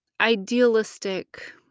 idealistic